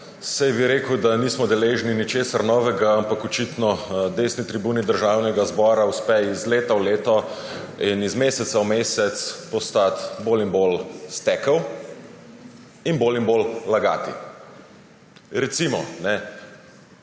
Saj bi rekel, da nismo deležni ničesar novega, ampak očitno desni tribuni Državnega zbora uspe iz leta v leto in iz meseca v mesec postati bolj in bolj stekel in bolj in bolj lagati. Recimo,